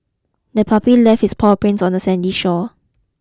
the puppy left its paw prints on the sandy shore